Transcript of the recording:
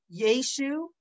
Yeshu